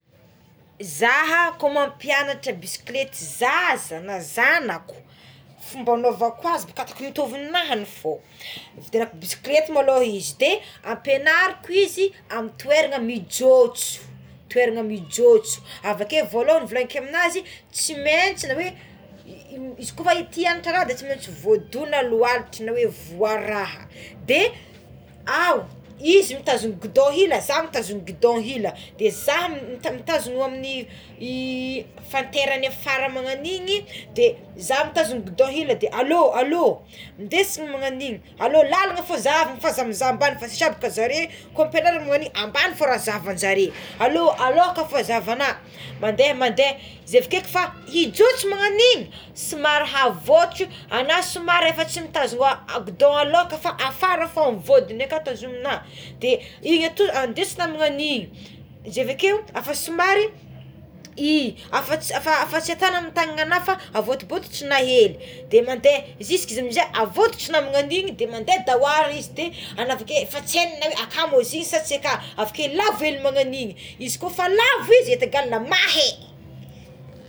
Zaha ko mampianatra bisklety zaza na zanako fomba anaovako azy mitovy ninahany fô fogna de ividianako biskleta maloha izy de ampianariko izy amy toerana mijôtso toerana mijôtso avekeo volagniko amign'azy tsy maintsy na oe izy koa tia ty raha de tsy maintsy voadona lohalika na voa raha de ao izy mitazona gidon ila de za mitazona gidon ila de za mitazona i ny fanteragny afara magnagno igny de za mitazona gidon ila aloha aloha ndesiny magnagn'igny alo lalagna fo zahavina fa aza mizaha ambany fa mitrabaka zaré koa ampianaragna magnan'io ambagny fogna zahavajaré aloha aloka fogna zahavagnaha mandeha mandeha izy aveke kke fa ijotso magnagn'igny somary havotry ana somary fa tsy mitazona gidon aloka a fa afara vodigny aka tazomigna de igny ato andesigna magnagn'igny izy avakeo efa somary i afa tsy ataona amy tananana fa avodiboditra hely de mandeha juska amign'izay avotitra aminahiny igny de mande daoara izy de anavake akamo izy igny sa tsy anahy ke lavo izy magnagno agnigny izy kosa efa lavo et egale mahay.